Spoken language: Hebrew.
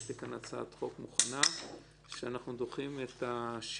יש לי כאן הצעת חוק מוכנה שאנחנו דוחים את חוק